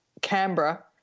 Canberra